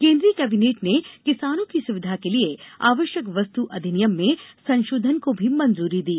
केंद्रीय कैबिनेट ने किसानों की सुविधा के लिए आवश्यक वस्तु अधिनियम में संशोधन को भी मंजूरी दी